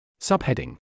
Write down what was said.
Subheading